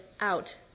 out